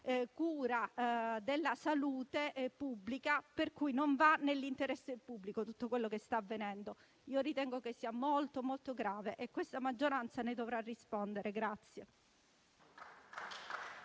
tutela della salute e pubblica. Non va nell'interesse pubblico tutto quello che sta avvenendo. Io ritengo che sia molto molto grave e questa maggioranza ne dovrà rispondere.